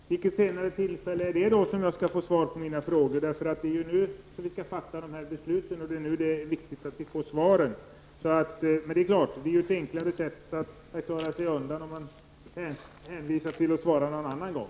Fru talman! Vid vilket senare tillfälle är det som jag skall få svar på mina frågor? Det är nu vi skall fatta besluten. Det är nu det är viktigt att vi får svaren. Men det är naturligtvis ett enklare sätt att klara sig undan på, om man hänvisar till att man skall svara någon annan gång.